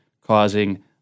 causing